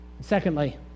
Secondly